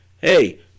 Hey